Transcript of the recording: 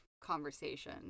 conversation